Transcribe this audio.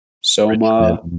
Soma